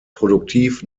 produktiv